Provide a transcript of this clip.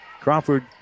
Crawford